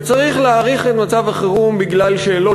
וצריך להאריך את מצב החירום בגלל שאלות